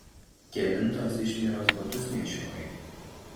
kelintos išmieros batus nešioji